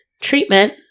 Treatment